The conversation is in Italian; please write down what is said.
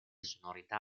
sonorità